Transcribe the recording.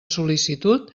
sol·licitud